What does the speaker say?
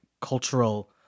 cultural